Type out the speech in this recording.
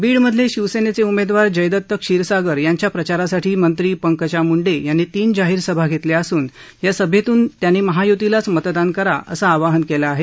बीडमधले शिवसेनेचे उमेदवार जयदत्त क्षीरसागर यांच्या प्रचारासाठी मंत्री पंकजा मूंडे यांनी तीन जाहीर सभा घेतल्या असून या सभेतून पंकजा मुंडे यांनी महाय्तीलाच मतदान करा अस आवाहन केलं आहे